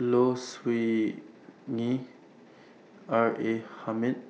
Low Siew Nghee R A Hamid